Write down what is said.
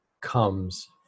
comes